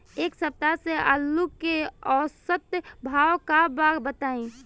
एक सप्ताह से आलू के औसत भाव का बा बताई?